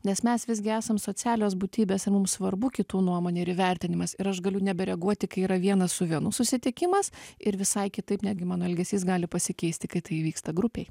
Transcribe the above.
nes mes visgi esam socialios būtybės ir mums svarbu kitų nuomonė ir įvertinimas ir aš galiu nebereaguoti kai yra vienas su vienu susitikimas ir visai kitaip netgi mano elgesys gali pasikeisti kai tai įvyksta grupėj